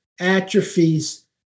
atrophies